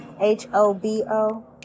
H-O-B-O